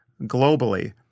globally